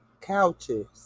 couches